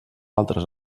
altres